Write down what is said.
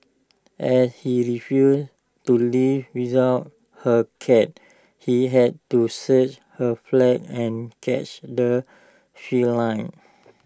as he refused to leave without her cat he had to search her flat and catch the feline